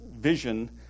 vision